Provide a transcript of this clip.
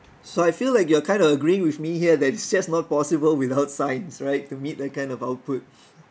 so I feel like you are kind of agreeing with me here that it's just not possible without science right to meet that kind of output